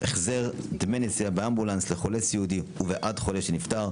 (החזר דמי נסיעה באמבולנס לחולה סיעודי ובעד חולה שנפטר),